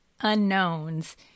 unknowns